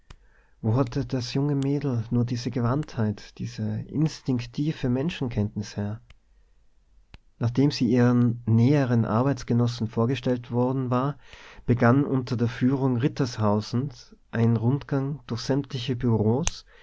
hatte das junge mädel nur diese gewandtheit diese instinktive menschenkenntnis her nachdem sie ihren näheren arbeitsgenossen vorgestellt worden war begann unter der führung rittershausens ein rundgang durch sämtliche